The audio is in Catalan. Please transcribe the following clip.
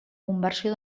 conversió